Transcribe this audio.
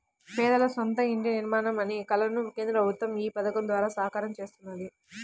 పేదల సొంత ఇంటి నిర్మాణం అనే కలను కేంద్ర ప్రభుత్వం ఈ పథకం ద్వారా సాకారం చేస్తున్నది